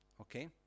Okay